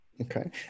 Okay